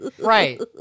Right